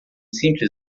simples